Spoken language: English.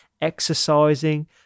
exercising